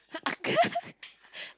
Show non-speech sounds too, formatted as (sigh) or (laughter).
(laughs)